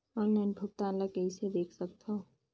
Online भुगतान ल कइसे देख सकथन?